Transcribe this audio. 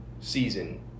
season